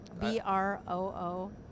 b-r-o-o